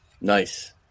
Nice